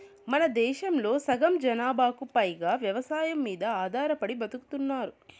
మనదేశంలో సగం జనాభాకు పైగా వ్యవసాయం మీద ఆధారపడి బతుకుతున్నారు